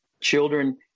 children